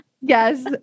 yes